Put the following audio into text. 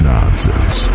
Nonsense